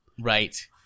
Right